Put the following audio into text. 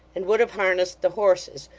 and would have harnessed the horses,